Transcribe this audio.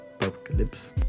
Apocalypse